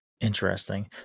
interesting